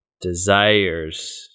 desires